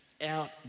out